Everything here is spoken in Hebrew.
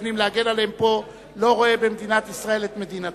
מתכוונים להגן עליהם פה לא רואה במדינת ישראל את ביתו.